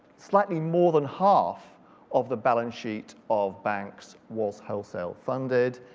slightly more than half of the balance sheet of banks was wholesale funded.